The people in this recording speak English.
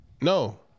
No